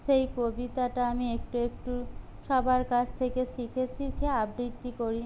সেই কবিতাটা আমি একটু একটু সবার কাছ থেকে শিখে শিখে আবৃত্তি করি